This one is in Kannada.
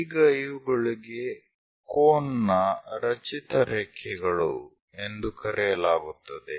ಈಗ ಇವುಗಳಿಗೆ ಕೋನ್ ನ ರಚಿತ ರೇಖೆಗಳು ಎಂದು ಕರೆಯಲಾಗುತ್ತದೆ